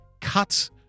cuts